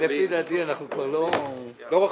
לפי דעתי אנחנו כבר לא --- לא רחוקים.